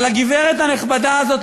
אבל הגברת הנחמדה הזאת,